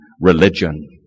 religion